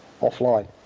offline